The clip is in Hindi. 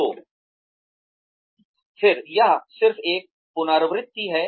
तो फिर यह सिर्फ एक पुनरावृत्ति है